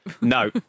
No